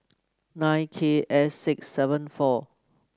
nine K S six seven four